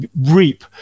reap